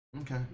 Okay